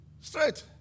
Straight